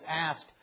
asked